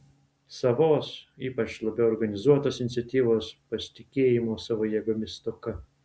savos ypač labiau organizuotos iniciatyvos pasitikėjimo savo jėgomis stoka